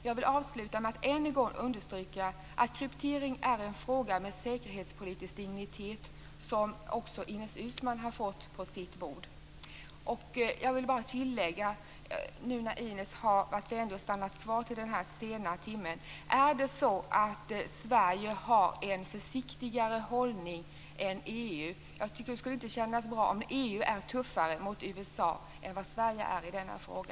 Jag vill avsluta med att än en gång understryka att kryptering är en fråga med säkerhetspolitisk dignitet som också Ines Uusmann har fått på sitt bord. Nu när Ines Uusmann har varit vänlig nog att stanna kvar till denna sena timme vill jag bara tillägga: Är det så att Sverige har en försiktigare hållning än EU? Det skulle inte kännas bra om EU var tuffare mot USA än vad Sverige är i denna fråga.